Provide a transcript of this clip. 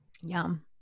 Yum